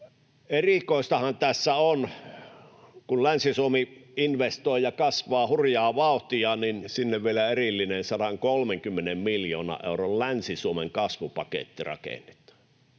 Erikoistahan tässä on, että kun Länsi-Suomi investoi ja kasvaa hurjaa vauhtia, niin sinne vielä erillinen 130 miljoonan euron Länsi-Suomen kasvupaketti rakennetaan.